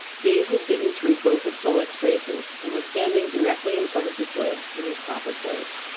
dave had bitten through both of sol-leks's traces, and was standing directly in front of the sled in his proper place.